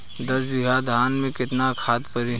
दस बिघा धान मे केतना खाद परी?